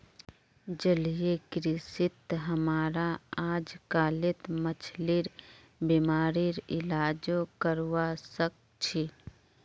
जलीय कृषित हमरा अजकालित मछलिर बीमारिर इलाजो करवा सख छि